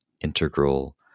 integral